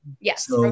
Yes